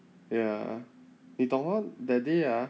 ya 你懂 hor that day ah